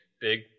big